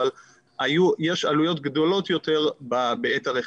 אבל יש עלויות גדולות שיותר בעת הרכישה.